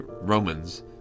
Romans